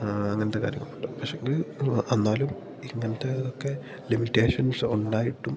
ആ അങ്ങനത്തെ കാര്യങ്ങളുണ്ട് പക്ഷെയെങ്കിൽ എന്നാലും ഇങ്ങനത്തതൊക്കെ ലിമിറ്റേഷൻസ് ഉണ്ടായിട്ടും